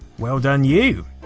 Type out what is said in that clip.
well done you.